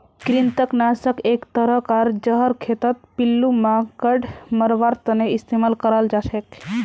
कृंतक नाशक एक तरह कार जहर खेतत पिल्लू मांकड़ मरवार तने इस्तेमाल कराल जाछेक